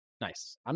Nice